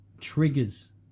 triggers